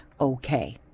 okay